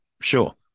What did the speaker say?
Sure